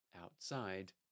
Outside